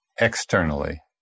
externally